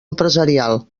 empresarial